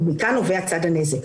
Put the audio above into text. ומכאן נובע צד הנזק.